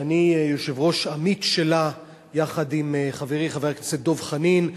שאני יושב-ראש עמית שלה יחד עם חברי חבר הכנסת דב חנין,